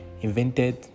invented